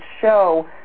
show